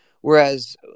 whereas